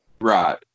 Right